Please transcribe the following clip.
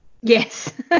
Yes